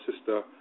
sister